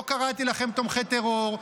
לא קראתי לכם "תומכי טרור",